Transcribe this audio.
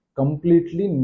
completely